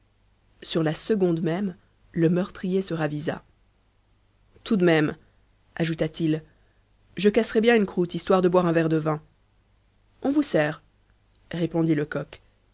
sur la seconde même le meurtrier se ravisa tout de même ajouta-t-il je casserais bien une croûte histoire de boire un verre de vin on vous sert répondit lecoq